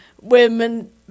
women